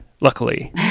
luckily